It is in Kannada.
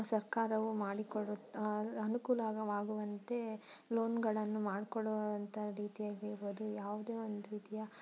ಸರ್ಕಾರವು ಮಾಡಿಕೊಡುತ್ತೆ ಅನುಕೂಲವಾಗುವಂತೆ ಲೋನ್ಗಳನ್ನು ಮಾಡಿಕೊಡುವಂಥ ರೀತಿಯಾಗಿರ್ಬೋದು ಯಾವುದೇ ಒಂದು ರೀತಿಯ